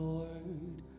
Lord